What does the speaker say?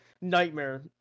nightmare